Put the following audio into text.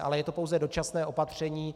Ale je to pouze dočasné opatření.